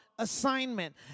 Assignment